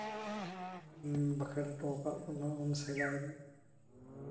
ᱵᱟᱠᱷᱮᱲ ᱦᱚᱴᱚ ᱠᱟᱜ ᱵᱚᱱᱟ ᱚᱱᱟ ᱩᱱ ᱥᱟᱢᱟᱱ